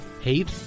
hate